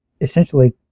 essentially